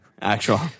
Actual